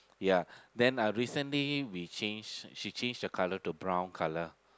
yeah then uh recently we change she changed the colour to brown colour